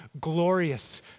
glorious